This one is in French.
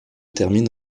termine